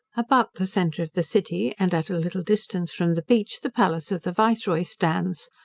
about the centre of the city, and at a little distance from the beach, the palace of the viceroy stands,